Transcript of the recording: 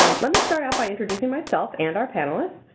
let me start off by introducing myself and our panelists.